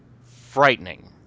frightening